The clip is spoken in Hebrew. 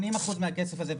80% מן הכסף הזה,